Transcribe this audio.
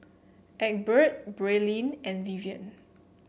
Egbert Braelyn and Vivian